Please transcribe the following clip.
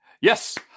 Yes